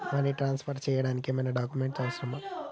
Money transfer చేయడానికి ఏమైనా documents అవసరమా?